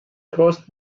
crossed